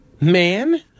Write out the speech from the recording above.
Man